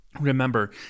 Remember